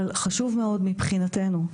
אבל חשוב מאוד מבחינתנו,